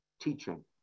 teaching